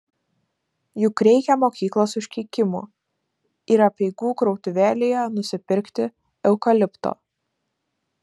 juk reikia mokyklos užkeikimų ir apeigų krautuvėlėje nusipirkti eukalipto